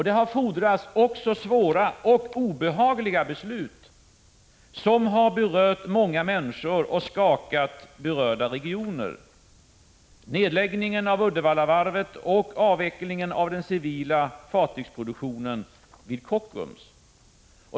Det har också fordrats svåra och obehagliga beslut, som berört många människor och skakat många regioner: nedläggningen av Uddevallavarvet och avvecklingen av den civila fartygsproduktionen vid Kockums.